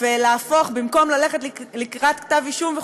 במקום ללכת לקראת כתב אישום,